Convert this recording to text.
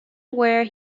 where